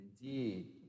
Indeed